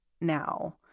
now